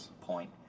point